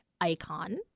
icon